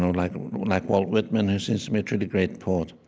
like like walt whitman, who seems to me a truly great and poet.